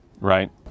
right